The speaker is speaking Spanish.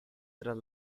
tras